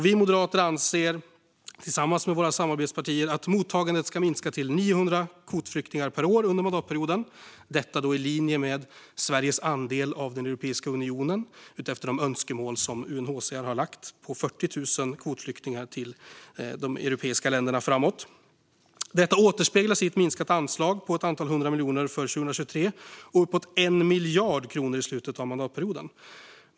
Vi moderater, tillsammans med våra samarbetspartier, anser att mottagandet ska minska till 900 kvotflyktingar per år under mandatperioden, i linje med Sveriges andel av Europeiska unionens antal och utifrån UNHCR:s önskemål om 40 000 kvotflyktingar till de europeiska länderna framöver. Detta återspeglas i ett minskat anslag på ett antal hundra miljoner kronor för 2023 och uppåt 1 miljard kronor i slutet av mandatperioden.